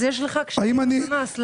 אז יש לך קשיי הבנה, תסלח לי.